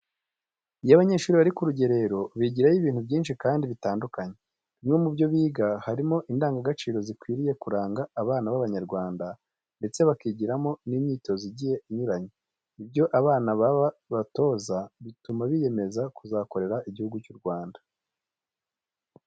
Iyo abanyeshuri bari ku rugerero bigirayo ibintu byinshi kandi bitandukanye. Bimwe mu byo biga harimo indangagaciro zikwiriye kuranga abana b'Abanyarwanda ndetse bakigiramo n'imyitozo igiye inyuranye. Ibyo aba bana babatoza, bituma biyemeza kuzakorera Igihugu cy'u Rwanda.